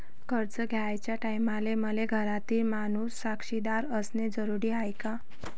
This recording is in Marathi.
कर्ज घ्याचे टायमाले मले घरातील माणूस साक्षीदार असणे जरुरी हाय का?